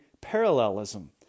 parallelism